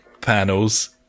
panels